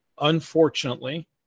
Unfortunately